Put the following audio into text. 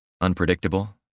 Unpredictable